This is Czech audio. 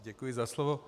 Děkuji za slovo.